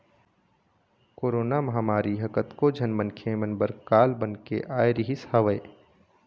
corona महामारी ह कतको झन मनखे मन बर काल बन के आय रिहिस हवय